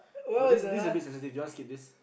but this this is a bit sensitive do you want to skip this